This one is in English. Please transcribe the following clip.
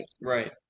Right